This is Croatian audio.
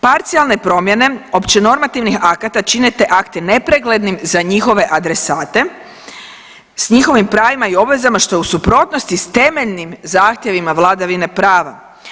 Parcijalne promjene opće normativnih akata čine te akte nepreglednim za njihove adresate s njihovim pravima i obvezama što je u suprotnosti s temeljnim zahtjevima vladavine prava.